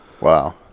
Wow